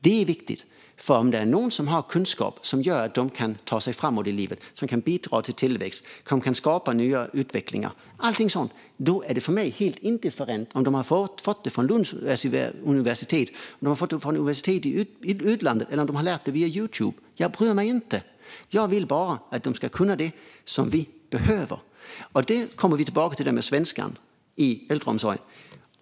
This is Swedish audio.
Detta är viktigt. Om det är någon som har kunskap som gör att de kan ta sig framåt i livet, bidra till tillväxt och kanske skapa ny utveckling och allt sådant är jag helt indifferent till om de har fått kunskapen från Lunds universitet eller ett universitet i utlandet eller om de har lärt sig via Youtube. Jag bryr mig inte. Jag vill bara att de ska kunna det som vi behöver. Vi kommer tillbaka till svenskan i äldreomsorgen.